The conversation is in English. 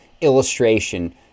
illustration